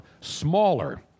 smaller